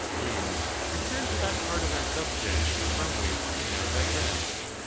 and return to that part of our subject from which we have digressed.